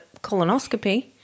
colonoscopy